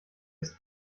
ist